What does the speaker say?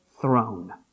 throne